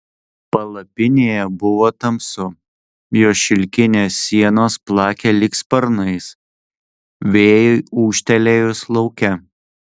palapinėje buvo tamsu jos šilkinės sienos plakė lyg sparnais vėjui ūžtelėjus lauke